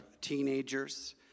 teenagers